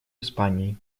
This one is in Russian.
испании